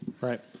Right